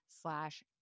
slash